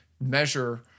measure